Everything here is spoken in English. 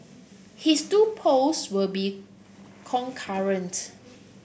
his two posts will be concurrent